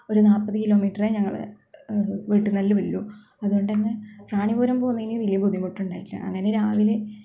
ഒരു നാൽപത് കിലോമീറ്ററേ ഞങ്ങളുടെ വീട്ടിന്നല്ലുള്ളൂ അതുകൊണ്ട് തന്നെ റാണിപുരം പോകുന്നതിന് വലിയ ബുദ്ധിമുട്ടുണ്ടായില്ല അങ്ങനെ രാവിലെ